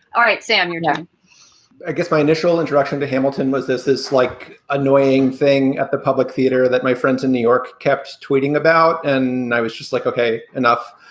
all right, sam, you're done i guess my initial introduction to hamilton was this is like annoying thing at the public theater that my friends in new york kept tweeting about. and i was just like, ok, enough.